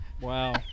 Wow